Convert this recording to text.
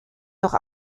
noch